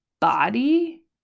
body